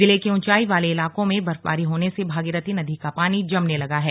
जिले के ऊंचाई वाले इलाकों में बर्फबारी होने से भागीरथी नदी का पानी जमने लगा है